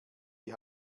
die